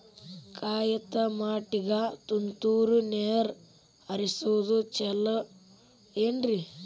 ಕಾಯಿತಮಾಟಿಗ ತುಂತುರ್ ನೇರ್ ಹರಿಸೋದು ಛಲೋ ಏನ್ರಿ?